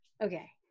Okay